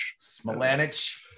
Smilanich